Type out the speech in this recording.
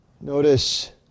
Notice